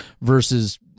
versus